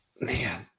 man